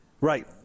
Right